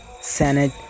Senate